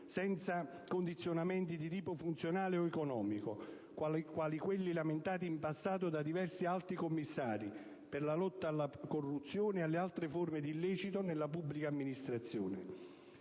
senza condizionamenti di tipo funzionale o economico, quali quelli lamentati in passato da diversi Alti commissari per la lotta alla corruzione e alle altre forme di illecito nella pubblica amministrazione.